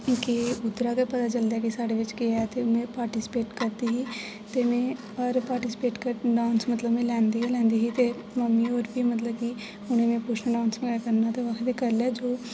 के उद्धरा गै पता चलदा कि साढ़े बिच्च केह् ऐ ते में पार्टिसिपेट करदी ही ते में हर पार्टिसिपेट करना मतलब में लैंदी गै लैंदी ही ते मम्मी होर बी मतलब कि उनें में पूछना ते ओह् आक्खदे करलै जो करना